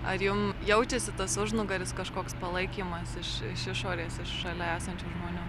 ar jum jaučiasi tas užnugaris kažkoks palaikymas iš iš išorės iš šalia esančių žmonių